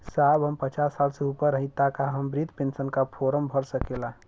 साहब हम पचास साल से ऊपर हई ताका हम बृध पेंसन का फोरम भर सकेला?